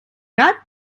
gat